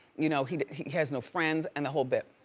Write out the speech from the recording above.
you know he he has no friends and the whole bit.